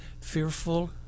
fearful